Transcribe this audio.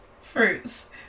fruits